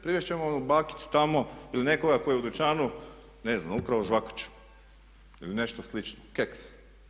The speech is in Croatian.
Privest ćemo onu bakicu tamo ili nekoga tko je u dućanu ne znam ukrao žvakaću ili nešto slično, keks.